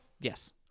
Yes